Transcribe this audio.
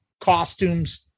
costumes